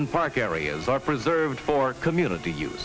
in park areas are preserved for community